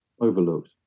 overlooked